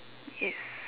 yes